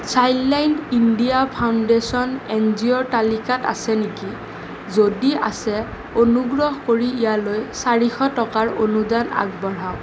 Childline India foundation N G অ'ৰ তালিকাত আছে নেকি যদি আছে অনুগ্ৰহ কৰি ইয়ালৈ চাৰিশ টকাৰ অনুদান আগবঢ়াওঁক